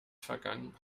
vergangen